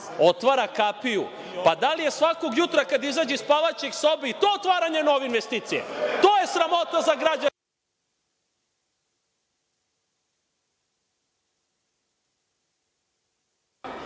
otvara kapiju. Pa, da li je svakog jutra kada izađe iz spavaće sobe i to je otvaranje nove investicije? To je sramota za građane